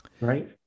Right